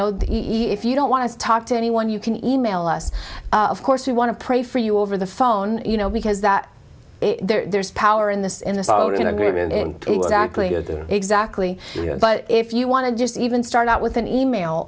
that if you don't want to talk to anyone you can email us of course we want to pray for you over the phone you know because that there's power in this in this all in agreement exactly exactly but if you want to just even start out with an e mail